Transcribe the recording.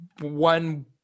one